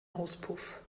auspuff